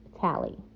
Tally